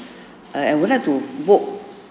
err I would like to book